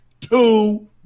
two